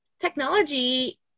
Technology